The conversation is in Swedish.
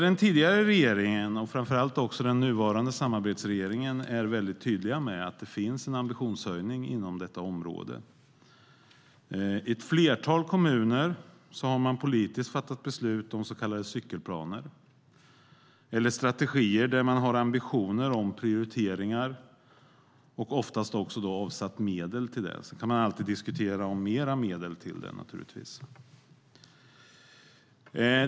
Den tidigare regeringen och framför allt den nuvarande samarbetsregeringen är väldigt tydliga med att det finns en ambitionshöjning inom detta område. I ett flertal kommuner har man politiskt fattat beslut om så kallade cykelplaner eller strategier där man har ambitioner om prioriteringar. Oftast har man också avsatt medel till det. Sedan kan man naturligtvis alltid diskutera om mer medel till detta.